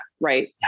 right